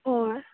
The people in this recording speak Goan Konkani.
हय